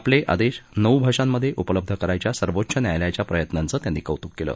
आपले आदेश नऊ भाषांमधे उपलब्ध करायच्या सर्वोच्च न्यायालयाच्या प्रयत्नांचं त्यांनी कौतूक केलं